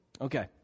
Okay